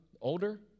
Older